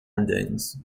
endings